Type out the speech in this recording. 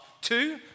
two